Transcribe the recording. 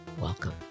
welcome